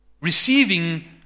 receiving